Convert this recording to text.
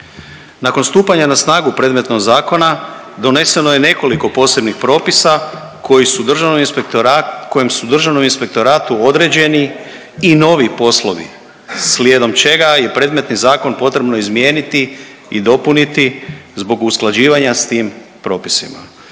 Nakon stupanja na snagu predmetnog zakona, doneseno je nekoliko posebnih propisa kojem su Državnom inspektoratu određeni i novi poslovi, slijedom čega je predmetni zakon potrebno izmijeniti i dopuniti zbog usklađivanja s tim propisima.